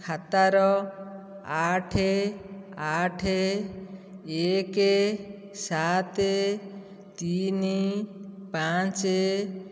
ଖାତାର ଆଠ ଆଠ ଏକ ସାତ ତିନି ପାଞ୍ଚ